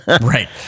Right